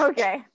Okay